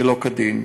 שלא כדין.